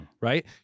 Right